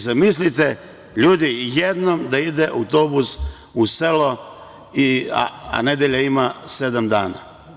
Zamislite, ljudi, jednom da ide autobus u selo a nedelja ima sedam dana.